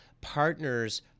partners